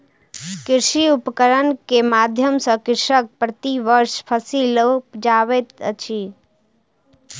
कृषि उपकरण के माध्यम सॅ कृषक प्रति वर्ष फसिल उपजाबैत अछि